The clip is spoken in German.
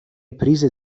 prise